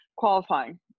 qualifying